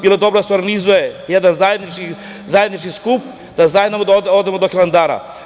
Bilo bi dobro da se organizuje jedan zajednički skup, da zajedno odemo do Hilandara.